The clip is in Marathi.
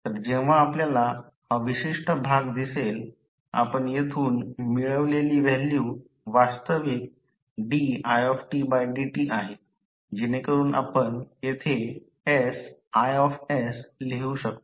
तर जेव्हा आपल्याला हा विशिष्ट विभाग दिसेल आपण येथून मिळवलेली व्हॅल्यू वास्तविक didt आहे जेणेकरून आपण येथे sI लिहू शकतो